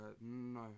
No